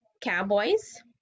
Cowboys